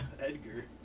Edgar